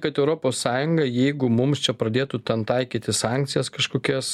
kad europos sąjunga jeigu mums čia pradėtų ten taikyti sankcijas kažkokias